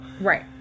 right